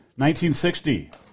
1960